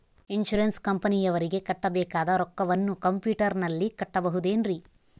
Insurance ಕಂಪನಿಯವರಿಗೆ ಕಟ್ಟಬೇಕಾದ ರೊಕ್ಕವನ್ನು ಕಂಪ್ಯೂಟರನಲ್ಲಿ ಕಟ್ಟಬಹುದ್ರಿ?